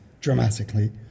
dramatically